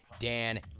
Dan